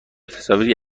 تصاویری